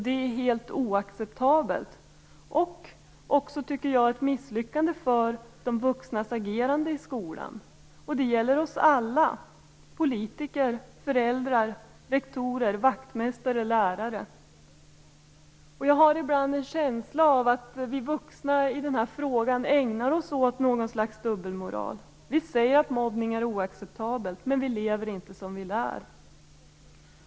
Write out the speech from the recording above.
Det är helt oacceptabelt och också, tycker jag, ett misslyckande för de vuxnas agerande i skolan. Det gäller oss alla: politiker, föräldrar, rektorer, vaktmästare och lärare. Jag har ibland en känsla av att vi vuxna i den här frågan ägnar oss åt någon slags dubbelmoral. Vi säger att mobbning är oacceptabelt, men vi lever inte som vi lär.